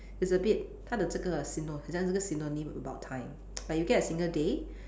it's a bit 他的这个 syno~ 很像这个 synonym about time like you get a single day